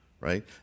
right